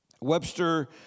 Webster